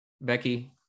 becky